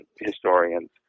historians